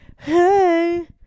hey